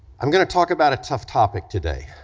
i'm gonna talk about a tough topic today.